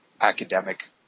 academic